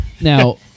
now